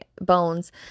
bones